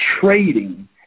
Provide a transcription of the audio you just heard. trading